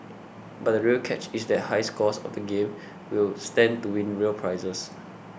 but the real catch is that high scorers of the game will stand to win real prizes